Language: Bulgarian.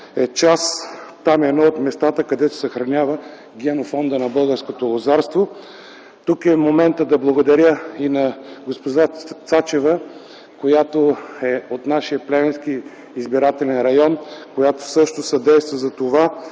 знаем, че е едно от местата, където се съхранява генофонда на българското лозарство. Тук е моментът да благодаря и на госпожа Цачева, която е от нашия Плевенски избирателен район, която също съдейства затова,